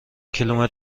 کیلومتر